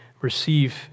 receive